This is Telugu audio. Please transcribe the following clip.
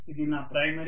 ఇది నా ప్రైమరీ